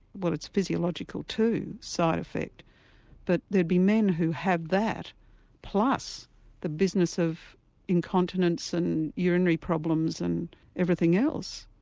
well it's physiological too, side effect but there'd be men who have that plus the business of incontinence and urinary problems and everything else.